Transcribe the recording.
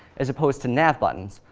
as opposed to nav buttons,